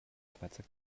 schweizer